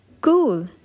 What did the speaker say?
Cool